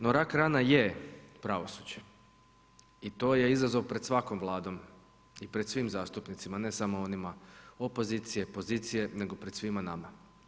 No rak rana je pravosuđe i je izazov pred svakom vladom i pred svim zastupnicima, ne samo opozicije, pozicije nego pred svima nama.